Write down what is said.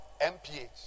MPH